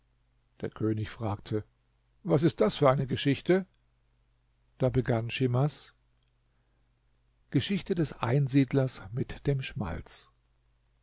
der könig fragte was ist das für eine geschichte da begann schimas geschichte des einsiedlers mit dem schmalz